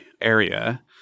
area